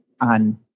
on